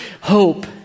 hope